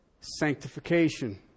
sanctification